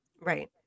Right